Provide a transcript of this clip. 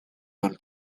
del